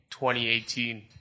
2018